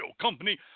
Company